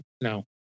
No